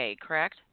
correct